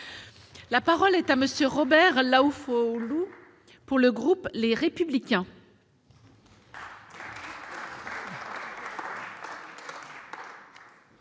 La parole est à M. Robert Laufoaulu, pour le groupe Les Républicains.